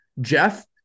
Jeff